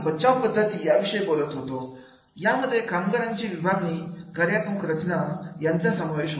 आपण बचाव पद्धती विषयी बोलत होतो यामध्ये कामगारांची विभागणी कार्यात्मक रचना यांचा समावेश होतो